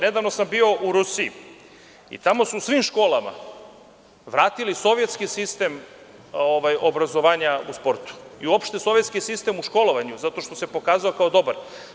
Nedavno sam bio u Rusiji i tamo su u svim školama vratili sovjetski sistem obrazovanja u sportu i uopšte sovjetski sistem u školovanju zato što se pokazao kao dobar.